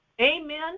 Amen